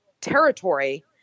territory